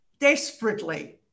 Desperately